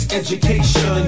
education